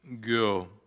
go